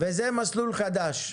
וזה מסלול חדש.